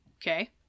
Okay